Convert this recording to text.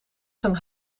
zijn